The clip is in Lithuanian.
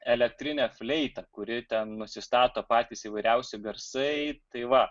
elektrinę fleitą kuri ten nusistato patys įvairiausi garsai tai va